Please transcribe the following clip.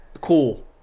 Cool